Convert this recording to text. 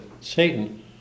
Satan